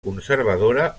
conservadora